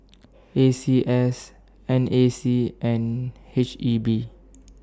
A C S N A C and H E B